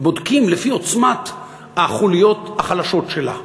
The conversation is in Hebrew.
בודקים לפי עוצמת החוליות החלשות שלה,